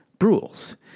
rules